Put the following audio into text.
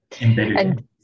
embedded